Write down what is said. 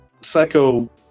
psycho